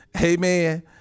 Amen